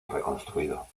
reconstruido